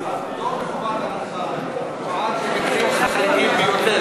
פטור מחובת הנחה נועד לדברים חריגים ביותר.